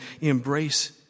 embrace